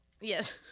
yes